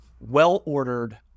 well-ordered